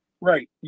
Right